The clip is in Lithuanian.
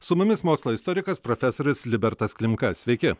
su mumis mokslo istorikas profesorius libertas klimka sveiki